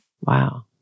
Wow